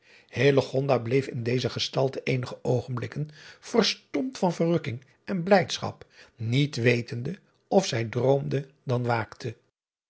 bleef in deze gestalte eenige oogenblikken verstomd van verrukking en blijdschap niet wetende of zij droomde dan waakte